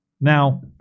Now